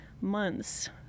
months